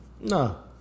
No